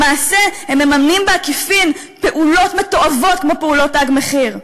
למעשה הם מממנים בעקיפין פעולות מתועבות כמו פעולות "תג מחיר".